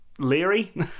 Leery